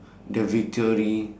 the victory